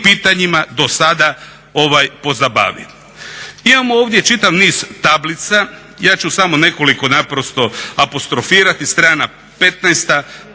pitanjima dosada pozabavi. Imamo ovdje čitav niz tablica, ja ću samo nekoliko naprosto apostrofirati. Strana 15.,